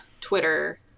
Twitter